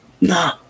Nah